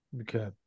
Okay